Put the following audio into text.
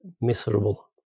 miserable